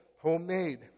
homemade